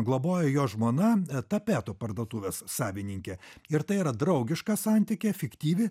globoja jo žmona tapetų parduotuvės savininkė ir tai yra draugiška santyki efektyvi